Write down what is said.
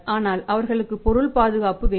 ஆனால் அவர்களுக்கு பொருள் பாதுகாப்பு வேண்டும்